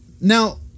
Now